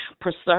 preserve